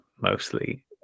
mostly –